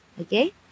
okay